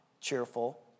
cheerful